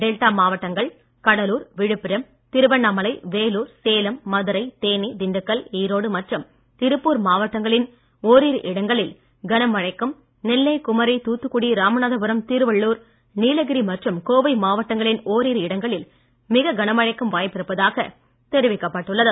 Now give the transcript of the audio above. delta மாவட்டங்கள் கடலூர் விழுப்புரம் திருவண்ணாமலை வேலூர் சேலம் மதுரை தேனீ திண்டுக்கல் ஈரோடு மற்றும் திருப்பூர் மாவட்டங்களின் ஓரிரு இடங்களில் கனமழைக்கும் நெல்லை குமரி தூத்துக்குடி ராமநாதபுரம் திருவள்ளுர் நீலகிரி மற்றும் கோவை மாவட்டங்களின் ஓரிரு இடங்களில் மிக கனமழைக்கும் வாய்ப்பிருப்பதாக தெரிவிக்கப்பட்டுள்ளது